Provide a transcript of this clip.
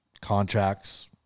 contracts